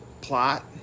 plot